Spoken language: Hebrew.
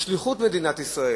בשליחות מדינת ישראל,